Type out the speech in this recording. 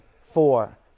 four